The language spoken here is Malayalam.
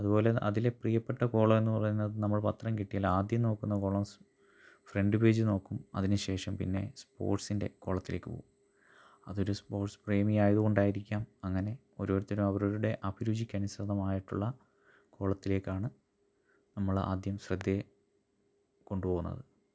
അതുപോലെ അതിലെ പ്രിയപ്പെട്ട കോളമെന്ന് പറയുന്നത് നമ്മൾ പത്രം കിട്ടിയാൽ ആദ്യം നോക്കുന്ന കോളം ഫ്രെണ്ട് പേജ് നോക്കും അതിന് ശേഷം പിന്നെ സ്പോട്ട്സിന്റെ കോളത്തിലേക്ക് പോകും അതൊരു സ്പോട്ട്സ് പ്രേമി ആയതുകൊണ്ടായിരിക്കാം അങ്ങനെ ഓരോരുത്തരും അവരവരുടെ അഭിരുചിക്കനുസൃതമായിട്ടുള്ള കോളത്തിലേക്കാണ് നമ്മളാദ്യം ശ്രെദ്ധയെ കൊണ്ടുപോണത്